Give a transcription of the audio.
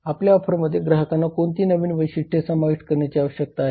आपल्या ऑफरमध्ये ग्राहकांना कोणती नवीन वैशिष्ट्ये समाविष्ट करण्याची आवश्यकता आहे